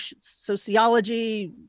sociology